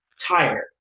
tired